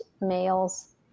males